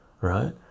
right